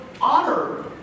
honor